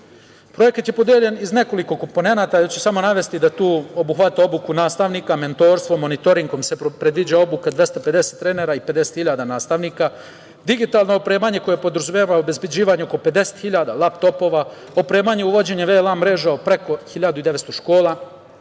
kamate. Projekat je podeljen u nekoliko komponenata, ja ću samo navesti da obuhvata obuku nastavnika, mentorstvo, monitoring kojim se predviđa obuka 250 trenera i 50 hiljada nastavnika, digitalno opremanje koje podrazumeva obezbeđivanje oko 50 hiljada laptopova, opremanje i uvođenje velan mreže u preko 1.900 škola,